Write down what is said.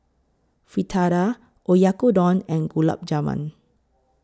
Fritada Oyakodon and Gulab Jamun